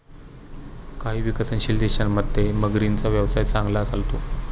काही विकसनशील देशांमध्ये मगरींचा व्यवसाय चांगला चालतो